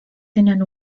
tenen